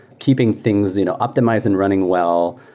keeping things you know optimized and running well,